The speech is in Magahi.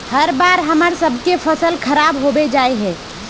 हर बार हम्मर सबके फसल खराब होबे जाए है?